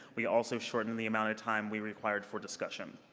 we also shorten the amount of time we require for discussion